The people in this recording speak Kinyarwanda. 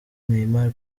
neymar